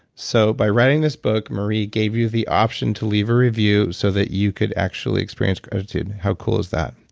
so by writing this book, marie gave you the option to leave a review so that you could actually experience gratitude. how cool is that?